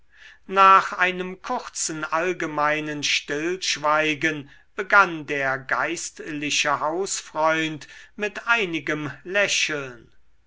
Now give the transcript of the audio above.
nach einem kurzen allgemeinen stillschweigen begann der geistliche hausfreund mit einigem lächeln